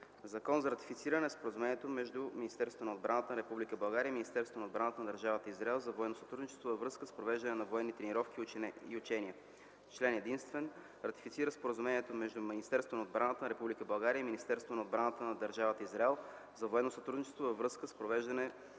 „ЗАКОН за ратифициране на Споразумението между Министерството на отбраната на Република България и Министерството на отбраната на Държавата Израел за военно сътрудничество във връзка с провеждане на военни тренировки и учения Член единствен. Ратифицира Споразумението между Министерството на отбраната на Република България и Министерството на отбраната на Държавата Израел за военно сътрудничество във връзка с провеждане на